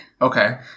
okay